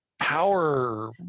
power